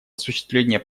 осуществление